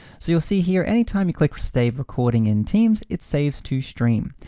so you'll see here anytime you click stay recording in teams, it saves to stream.